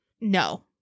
No